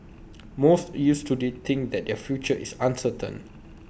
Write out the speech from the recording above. most youths today think that their future is uncertain